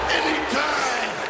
anytime